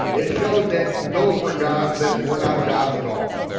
it showed that those were gods that were not gods at all.